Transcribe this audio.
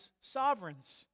sovereigns